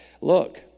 look